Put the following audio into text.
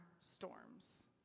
storms